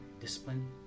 discipline